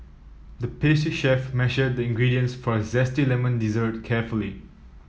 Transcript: the pastry chef measured the ingredients for a zesty lemon dessert carefully